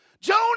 Jonah